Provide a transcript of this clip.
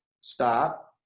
stop